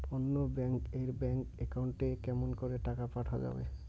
অন্য ব্যাংক এর bank account এ কেমন করে টাকা পাঠা যাবে?